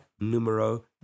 numero